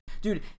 Dude